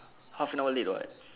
half an hour late what